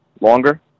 longer